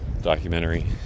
documentary